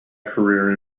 career